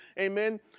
Amen